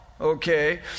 okay